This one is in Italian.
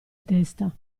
testa